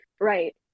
Right